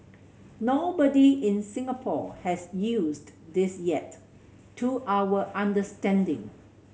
nobody in Singapore has used this yet to our understanding